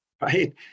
right